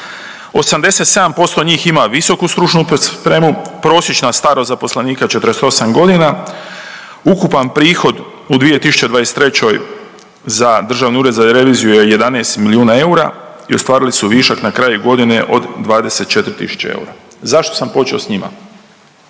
87% njih ima visoku stručnu spremu. Prosječna starost zaposlenika 48 godina. Ukupan prihod u 2023. za Državni ured za reviziju je 11 milijuna eura i ostvarili su višak na kraju godine od 24 000 eura. Zašto sam počeo sa njima?